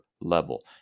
Level